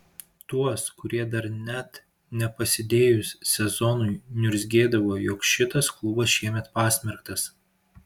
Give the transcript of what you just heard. tuos kurie dar net nepasidėjus sezonui niurzgėdavo jog šitas klubas šiemet pasmerktas